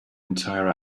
entire